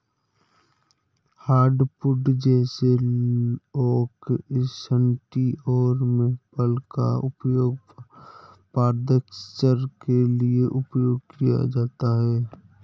hardwood जैसे oak सन्टी और मेपल का उपयोग फर्श के लिए किया जाता है